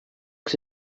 que